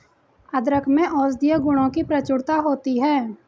अदरक में औषधीय गुणों की प्रचुरता होती है